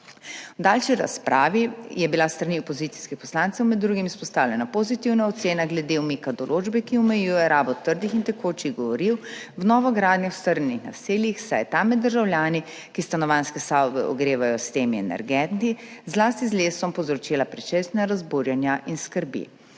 V daljši razpravi je bila s strani opozicijskih poslancev med drugim izpostavljena pozitivna ocena glede umika določbe, ki omejuje rabo trdih in tekočih goriv v novogradnjah v strnjenih naseljih, saj je ta med državljani, ki stanovanjske stavbe ogrevajo s temi energenti, zlasti z lesom, povzročila precejšnja razburjenja in skrbi.